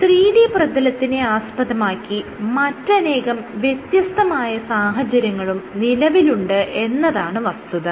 എന്നാൽ 3D പ്രതലത്തിനെ ആസ്പദമാക്കി മറ്റനേകം വ്യത്യസ്തമായ സാഹചര്യങ്ങളും നിലവിലുണ്ട് എന്നതാണ് വസ്തുത